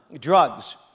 drugs